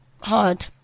hard